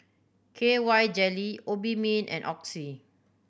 K Y Jelly Obimin and Oxy